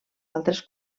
altres